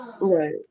Right